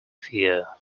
fear